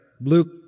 Luke